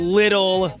little